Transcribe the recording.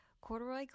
Corduroy